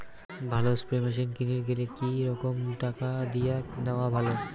ভালো spray machine কিনির গেলে কি রকম টাকা দিয়া নেওয়া ভালো?